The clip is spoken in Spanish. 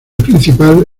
principal